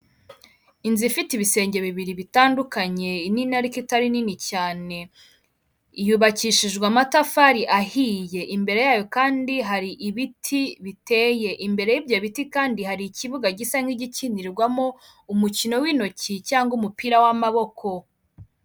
Inzu ifite ibisenge bibiri bitandukanye nini ariko itari nini cyane, yubakishijwe amatafari ahiye, imbere yayo kandi hari ibiti biteye, imbere y'ibyo biti kandi hari ikibuga gisa nk'igikinirwamo umukino w'intoki cyangwa umupira w'amaboko.